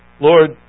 Lord